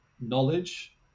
knowledge